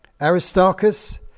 Aristarchus